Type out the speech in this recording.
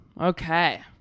Okay